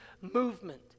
movement